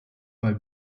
bei